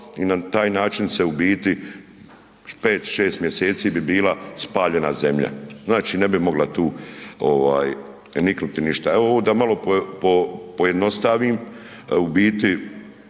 i na taj način se u biti 5-6 mjeseci bi bila spaljena zemlja, znači ne bi mogla tu, ovaj niknuti ništa. Evo ovo da malo pojednostavnim, u biti